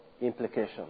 implications